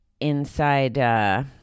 inside